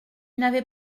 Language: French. n’avaient